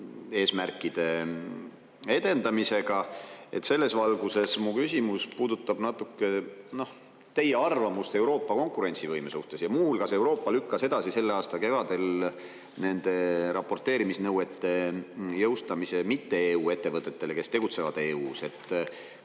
eesmärkide edendamisega. Selles valguses mu küsimus puudutab natuke teie arvamust Euroopa konkurentsivõime suhtes. Muu hulgas Euroopa lükkas edasi selle aasta kevadel nende raporteerimisnõuete jõustamise mitte EU ettevõtetele, kes tegutsevad EU-s.